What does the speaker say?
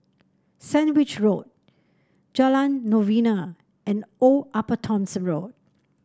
Sandwich Road Jalan Novena and Old Upper Thomson Road